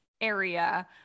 area